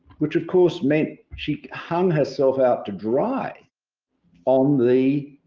which of course meant she hung herself out dry on the,